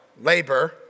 labor